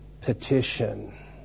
petition